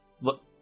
Look